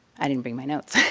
i didn't bring my notes.